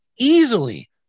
easily